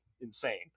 insane